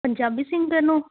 Punjabi singer ਨੂੰ